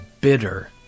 bitter